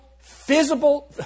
visible